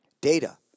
data